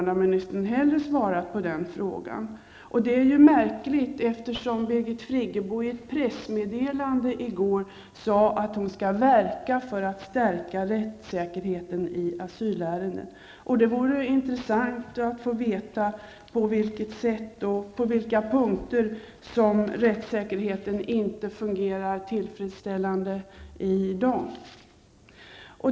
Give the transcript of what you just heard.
Det är märkligt eftersom Birgit Friggebo i ett pressmeddelande i går sade att hon skall verka för att stärka rättssäkerheten i asylärenden. Det vore intressant att få veta på vilket sätt och på vilka punkter som rättssäkerheten inte fungerar tillfredsställande i dag.